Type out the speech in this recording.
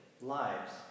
lives